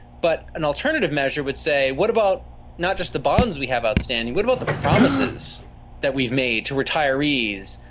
but an alternative measure would say what about not just the bonds we have outstanding, what about the promises that we've made to retirees,